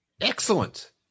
Excellent